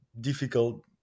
difficult